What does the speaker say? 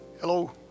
Hello